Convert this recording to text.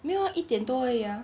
没有啊一点多而已啊